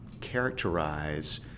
characterize